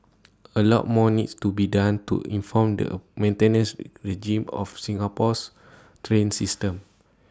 A lot more needs to be done to inform the maintenance regime of Singapore's train system